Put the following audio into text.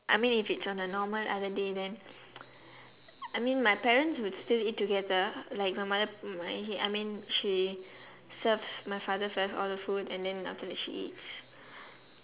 I mean if it's on a normal other day then I mean my parents would still eat together like my mother put my h~ I mean she serves my father first order food and then after that she eats